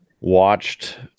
watched